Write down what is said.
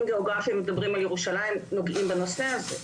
גיאוגרפיה ומדברים על ירושלים נוגעים בנושא הזה.